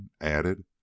added